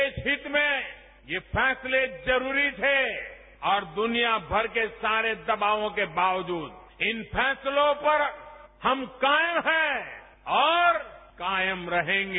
रेश हित में यह फैसले जरूरी थे और दुनियामर के सारे दबावों के बावजूद इन फैसलों पर हम कायम हैं और कायम रहेंगे